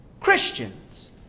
Christians